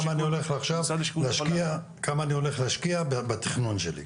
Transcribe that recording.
כמה אני הולך עכשיו להשקיע בתכנון שלי.